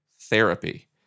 therapy